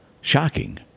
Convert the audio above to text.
Shocking